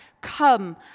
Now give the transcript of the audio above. come